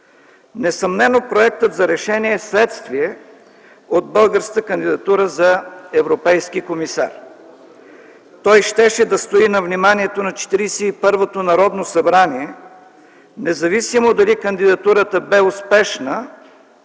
Несъмнено проектът за решение е следствие от българската кандидатура за европейски комисар. Той щеше да стои на вниманието на Четиридесет и първото Народно събрание, независимо дали кандидатурата бе успешна